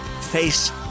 Face